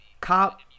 Cop